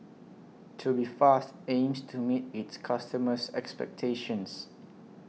Tubifast aims to meet its customers' expectations